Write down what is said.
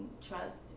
trust